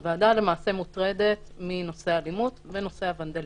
הוועדה למעשה מוטרדת מנושא האלימות ומנושא הוונדליזם.